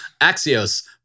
Axios